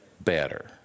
better